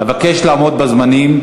אבקש לעמוד בזמנים.